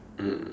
mm